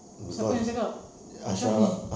siapa yang cakap ashraf ini